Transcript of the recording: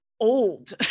old